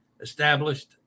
established